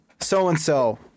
so-and-so